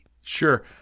Sure